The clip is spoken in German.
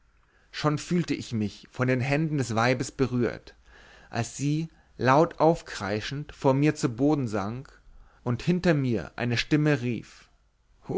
schon fühlt ich mich von den händen des weibes berührt als sie laut aufkreischend vor mir zu boden sank und hinter mir eine stimme rief